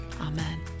Amen